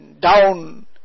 down